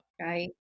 Right